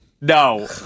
no